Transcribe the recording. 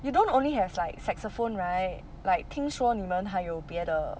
you don't only have like saxophone right like 听说你们还有别的